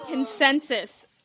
Consensus